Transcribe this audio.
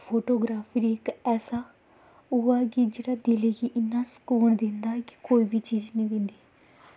होर फोटोग्राफ्रारी इक ऐसा ओह् ऐ कि जेह्ड़ा दिलै गी इन्ना सकून दिंदा कि कोई बी चीज़ निं दिंदी